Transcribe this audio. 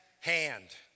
Hand